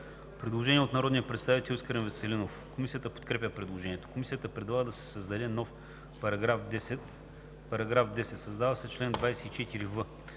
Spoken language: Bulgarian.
представител Искрен Веселинов. Комисията подкрепя предложението. Комисията предлага да се създаде нов § 10: „§ 10. Създава се чл. 24в: